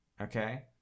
Okay